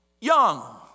young